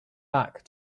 back